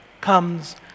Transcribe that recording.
comes